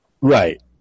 Right